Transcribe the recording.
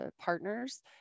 partners